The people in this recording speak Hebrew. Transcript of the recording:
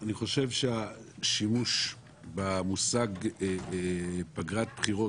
אני חושב שהשימוש במושג פגרת בחירות,